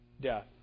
death